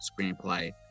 Screenplay